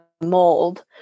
mold